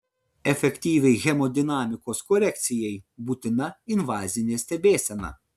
efektyviai hemodinamikos korekcijai būtina invazinė stebėsena